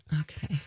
Okay